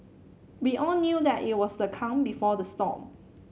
we all knew that it was the calm before the storm